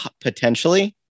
potentially